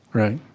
right.